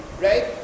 right